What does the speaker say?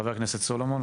חבר הכנסת סולומון.